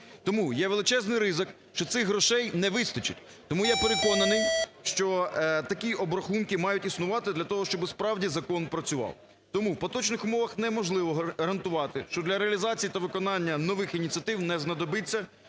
тому є величезний ризик, що цих грошей не вистачить. Тому я переконаний, що такі обрахунки мають існувати для того, щоби справді закон працював. Тому в поточних умовах неможливо гарантувати, що для реалізації та виконання нових ініціатив не знадобиться